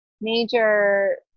major